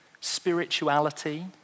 spirituality